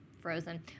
frozen